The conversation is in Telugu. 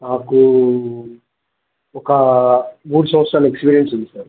నాకు ఒక మూడు సంవత్సరాలు ఎక్స్పీరియన్స్ ఉంది సార్